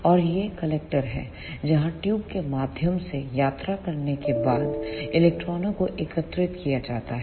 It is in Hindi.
और यह कलेक्टर है जहां ट्यूब के माध्यम से यात्रा करने के बाद इलेक्ट्रॉनों को एकत्र किया जाता है